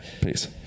Peace